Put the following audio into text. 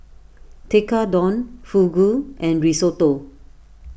Tekkadon Fugu and Risotto